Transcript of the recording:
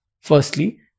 Firstly